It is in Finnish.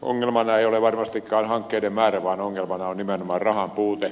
ongelmana ei ole varmastikaan hankkeiden määrä vaan ongelmana on nimenomaan rahan puute